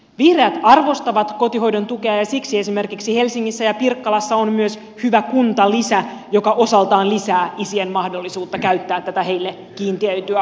vihreät arvostavat kotihoidon tukea ja siksi esimerkiksi helsingissä ja pirkkalassa on myös hyvä kuntalisä joka osaltaan lisää isien mahdollisuutta käyttää tätä heille kiintiöityä osuutta